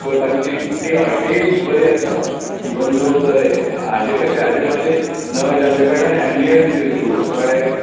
so तांची हय taste बरी आसता इवन दो द हाजें कशें हाजें मातशें नवें जाल्ल्या कारणान एम्बियन्स ईज गूड कळ्ळें